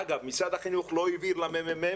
אגב, משרד החינוך לא העביר ל-ממ"מ